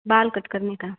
बाल कट करने का